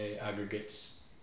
aggregates